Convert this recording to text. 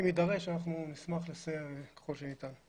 אם יידרש אנחנו נשמח לסייע ככל שניתן.